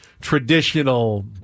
traditional